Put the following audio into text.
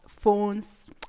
phones